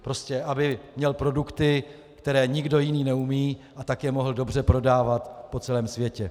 Prostě aby měl produkty, které nikdo jiný neumí, a tak je mohl dobře prodávat po celém světě.